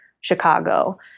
Chicago